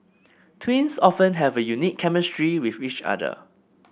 twins often have a unique chemistry with each other